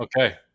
Okay